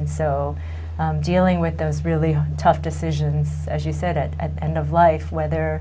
and so dealing with those really tough decisions as you said at the end of life whether